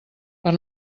per